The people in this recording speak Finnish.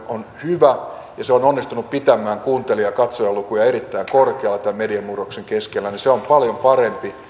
on hyvä ja se on onnistunut pitämään kuuntelija katsojalukuja erittäin korkealla tämän mediamurroksen keskellä on paljon parempi